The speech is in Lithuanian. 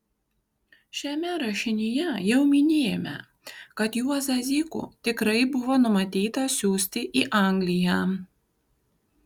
šiame rašinyje jau minėjome kad juozą zykų tikrai buvo numatyta siųsti į angliją